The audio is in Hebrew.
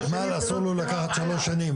ותמ"ל אסור לו לקחת שלוש שנים.